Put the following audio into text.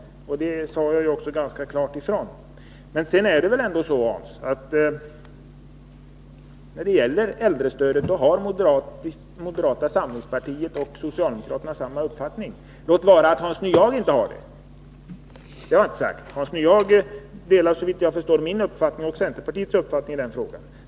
Det har jag också ganska klart sagt ifrån. Men nu är det så, att beträffande äldrestödet har moderata samlingspartiet och socialdemokraterna samma uppfattning. Låt vara att Hans Nyhage inte ansluter sig till den. Hans Nyhagedelar såvitt jag förstår min och centerpartiets uppfattning i denna fråga.